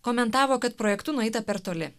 komentavo kad projektu nueita per toli